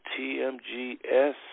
TMGS